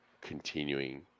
continuing